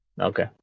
Okay